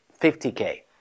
50K